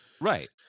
right